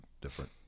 different